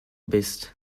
bist